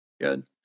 Good